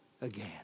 again